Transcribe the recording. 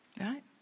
Right